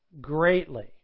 greatly